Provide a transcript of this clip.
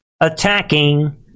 Attacking